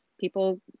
People